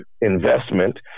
investment